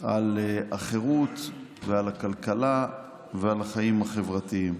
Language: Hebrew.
על החירות ועל הכלכלה ועל החיים החברתיים.